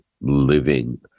living